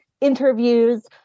interviews